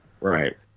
Right